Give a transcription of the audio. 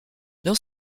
dans